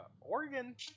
Oregon